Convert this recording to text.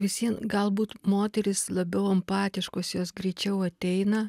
vis vien galbūt moterys labiau empatiškos jos greičiau ateina